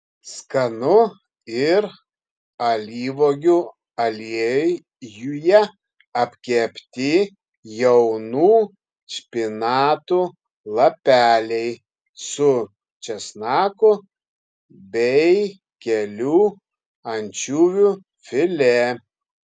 skanu ir alyvuogių aliejuje apkepti jaunų špinatų lapeliai su česnaku bei kelių ančiuvių filė